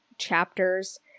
chapters